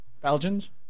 Belgians